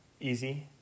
easy